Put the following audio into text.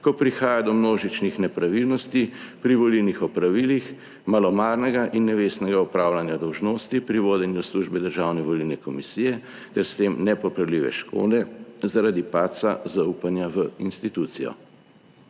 ko prihaja do množičnih nepravilnosti pri volilnih opravilih, malomarnega in nevestnega opravljanja dolžnosti pri vodenju službe Državne volilne komisije ter s tem nepopravljive škode zaradi padca zaupanja v institucijo.